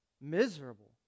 miserable